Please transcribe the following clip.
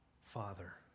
Father